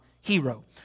hero